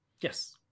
yes